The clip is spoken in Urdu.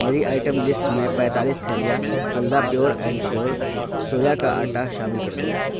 میری آئٹم لسٹ میں پینتالیس تھیلیاں پھلدا پیور اینڈ شیور سویا کا آٹا شامل کر دو